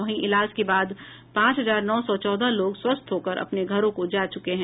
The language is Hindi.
वहीं इलाज के बाद पांच हजार नौ सौ चौदह लोग स्वस्थ होकर अपने घरों को जा चुके हैं